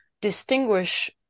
distinguish